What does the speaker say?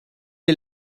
est